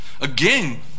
again